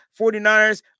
49ers